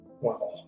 Wow